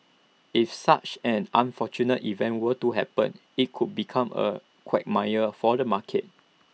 if such an unfortunate event were to happen IT could become A quagmire for the market